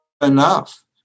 enough